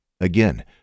Again